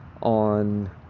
on